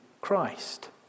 Christ